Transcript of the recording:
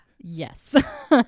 Yes